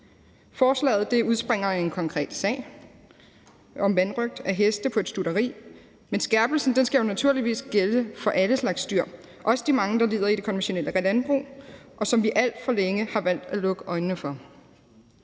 Forslaget udspringer af en konkret sag om vanrøgt af heste på et stutteri, men skærpelsen skal jo naturligvis gælde for alle slags dyr, også de mange dyr, der lider i det konventionelle landbrug, hvor vi alt for længe har valgt at lukke øjnene for